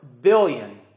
billion